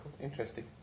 Interesting